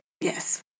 yes